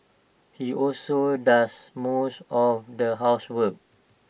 he also does most of the housework